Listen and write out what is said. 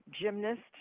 gymnast